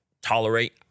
tolerate